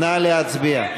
נא להצביע.